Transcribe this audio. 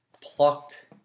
plucked